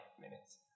minutes